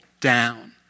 down